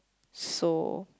so